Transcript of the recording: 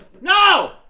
No